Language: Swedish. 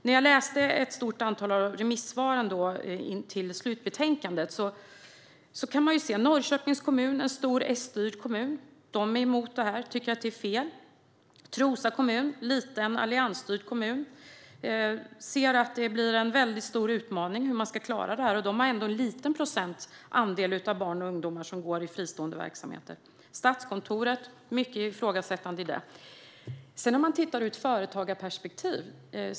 När jag läste ett stort antal av remissvaren till slutbetänkandet kunde jag se att Norrköpings kommun, en stor S-styrd kommun, är emot det här och tycker att det är fel. Trosa kommun, en liten alliansstyrd kommun, anser att det blir en stor utmaning att klara det här - och de har ändå en liten procentandel barn och ungdomar som går i fristående verksamheter. Statskontoret är mycket ifrågasättande. Sedan kan man titta på det ur ett företagarperspektiv.